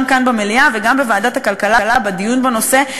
גם כאן במליאה וגם בוועדת הכלכלה בדיון בנושא.